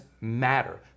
Matter